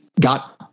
got